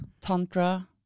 Tantra